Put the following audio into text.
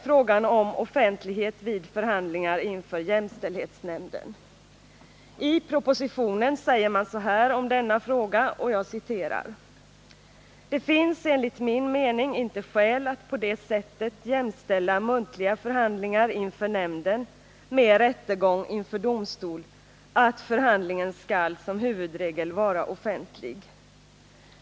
Det gäller I propositionen säger man så här om denna fråga: ”Det finns enligt min mening inte skäl att på det sättet jämställa muntliga förhandlingar inför nämnden med rättegång inför domstol att förhandlingen skall som huvudregel vara offentlig .